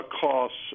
costs